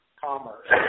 commerce